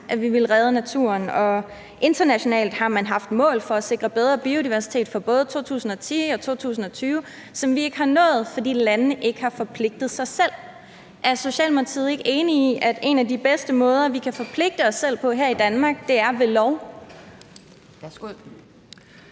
at vi ville redde naturen, og internationalt har man haft mål for at sikre bedre biodiversitet for både 2010 og 2020, som vi ikke har nået, fordi landene ikke har forpligtet sig selv. Er Socialdemokratiet ikke enig i, at en af de bedste måder, vi kan forpligte os selv på her i Danmark, er ved lov?